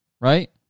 right